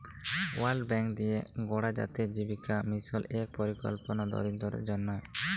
world bank দিঁয়ে গড়া জাতীয় জীবিকা মিশল ইক পরিকল্পলা দরিদ্দরদের জ্যনহে